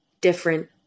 different